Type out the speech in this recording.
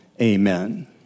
Amen